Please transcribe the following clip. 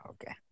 Okay